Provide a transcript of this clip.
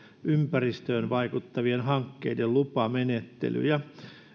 ympäristöön vaikuttavien hankkeiden lupamenettelyjä